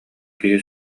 киһи